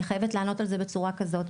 אני חייבת לענות על זה בצורה כזאת,